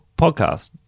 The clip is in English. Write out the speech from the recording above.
podcast